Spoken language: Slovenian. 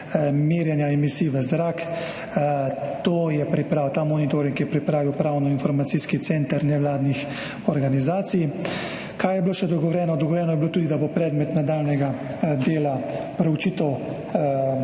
merjenja emisij v zrak. Ta monitoring je pripravil Pravno-informacijski center nevladnih organizacij. Kaj je bilo še dogovorjeno? Dogovorjeno je bilo tudi, da bo predmet nadaljnjega dela proučitev